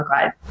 guide